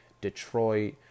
Detroit